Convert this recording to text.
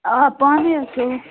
آ پانے حظ سُوٕ